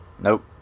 Nope